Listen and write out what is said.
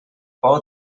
por